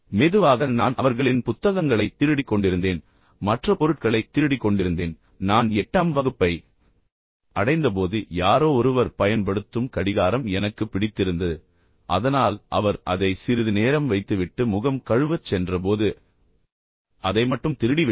மெதுவாக நான் அவர்களின் புத்தகங்களைத் திருடிக் கொண்டிருந்தேன் மற்ற பொருட்களைத் திருடிக் கொண்டிருந்தேன் நான் எட்டாம் வகுப்பை அடைந்தபோது யாரோ ஒருவர் பயன்படுத்தும் கடிகாரம் எனக்கு பிடித்திருந்தது அதனால் அவர் அதை சிறிது நேரம் வைத்துவிட்டு முகம் கழுவச் சென்றபோது அதை மட்டும் திருடி விட்டேன்